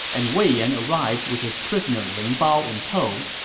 and wei yan arrived with his prisoner ling bao in tow.